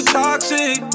toxic